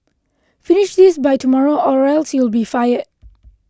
finish this by tomorrow or else you'll be fired